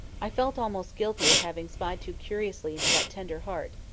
i felt almost guilty of having spied too curiously into that tender heart,